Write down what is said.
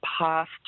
past